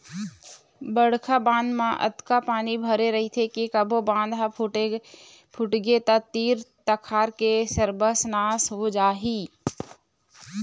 बड़का बांध म अतका पानी भरे रहिथे के कभू बांध ह फूटगे त तीर तखार के सरबस नाश हो जाही